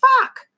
Fuck